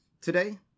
Today